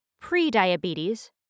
pre-diabetes